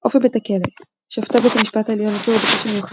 אופי בית הכלא שופטי בית המשפט העליון הכירו בקושי מיוחד